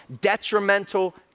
detrimental